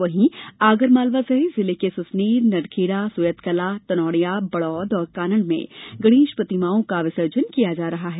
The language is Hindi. वहीं आगरमालवा सहित जिले के सुसनेर नलखेड़ा सोयतकलां तनौड़िया बड़ौद और कानड़ में गणेश प्रतिमाओं का विसर्जन किया जा रहा है